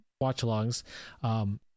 watch-alongs